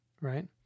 right